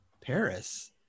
Paris